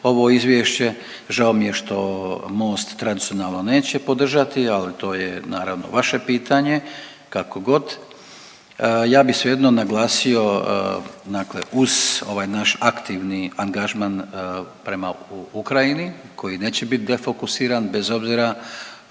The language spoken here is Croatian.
ovo izvješće. Žao mi je što Most tradicionalno neće podržati, ali to je naravno vaše pitanje kakogod. Ja bi svejedno naglasio uz ovaj naš aktivni angažman prema Ukrajini koji neće bit defokusiran bez obzira što